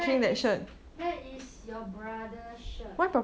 that is that is your brother's shirt